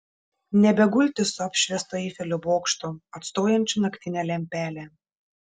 nebegulti su apšviestu eifelio bokštu atstojančiu naktinę lempelę